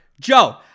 Joe